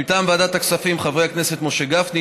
מטעם ועדת הכספים: חברי הכנסת משה גפני,